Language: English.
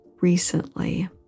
recently